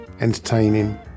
entertaining